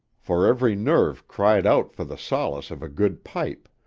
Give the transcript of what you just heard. for every nerve cried out for the solace of a good pipe,